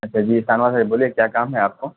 اچھا جی شاہنواز بھائی بولیے کیا کام ہے آپ کو